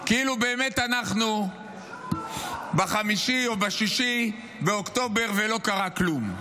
כאילו באמת אנחנו ב-5 או ב-6 באוקטובר ולא קרה כלום.